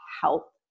help